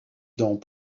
dans